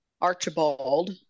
Archibald